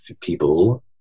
people